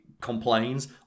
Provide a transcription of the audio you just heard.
complains